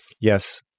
Yes